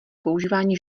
používání